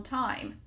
time